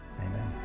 Amen